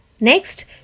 Next